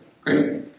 Great